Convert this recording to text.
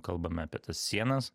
kalbame apie tas sienas